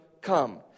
come